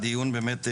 דיון באמת חשוב.